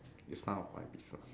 is none of my business